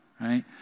right